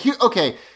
okay